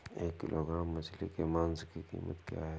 एक किलोग्राम मछली के मांस की कीमत क्या है?